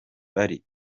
bari